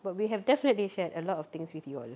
but we have definitely shared a lot of things with you all